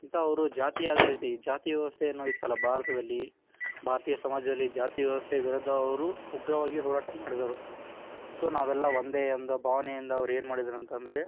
ಇಂಥ ಅವರು ಜಾತಿ ಆಧಾರಿತ ಈ ಜಾತಿ ವ್ಯವಸ್ಥೆಯನ್ನೋದು ಇತ್ತಲ್ಲ ಭಾರತದಲ್ಲಿ ಭಾರತೀಯ ಸಮಾಜದಲ್ಲಿ ಈ ಜಾತಿ ವ್ಯವಸ್ಥೆ ವಿರುದ್ಧ ಅವರು ಉಗ್ರವಾಗಿ ಹೋರಾಟ ಮಾಡಿದರು ಸೊ ನಾವೆಲ್ಲ ಒಂದೇ ಎಂದ ಭಾವನೆಯಿಂದ ಅವ್ರು ಏನು ಮಾಡಿದರು ಅಂತ ಅಂದ್ರೆ